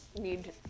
need